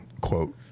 quote